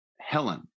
helen